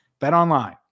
BetOnline